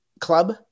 club